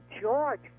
George